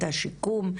השיקום,